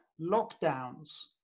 lockdowns